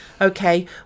okay